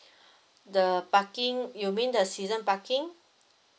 the parking you mean the season parking